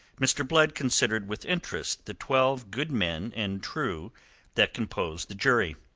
mr. blood considered with interest the twelve good men and true that composed the jury.